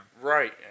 Right